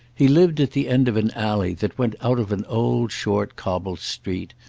he lived at the end of an alley that went out of an old short cobbled street,